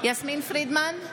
יסמין פרידמן,